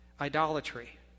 idolatry